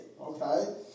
Okay